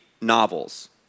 novels